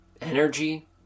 energy